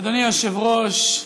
אדוני היושב-ראש,